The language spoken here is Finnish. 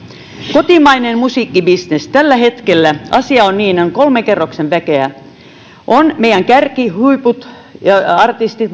kotimainen musiikkibisnes tällä hetkellä asia on niin että on kolmen kerroksen väkeä on meidän kärkihuiput artistit